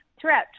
throughout